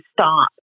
stop